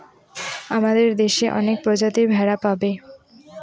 আমাদের দেশে অনেক প্রজাতির ভেড়া পাবে